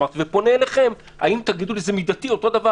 ואם תגידו לי שזה מידתי, אותו דבר